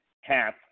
half